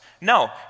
No